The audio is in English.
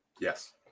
yes